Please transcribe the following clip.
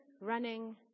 running